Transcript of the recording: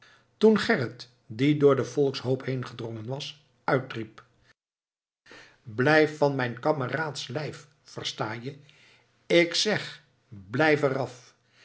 toen gerrit die door den volkshoop heengedrongen was uitriep blijf van mijn kameraads lijf versta-je ik zeg blijf er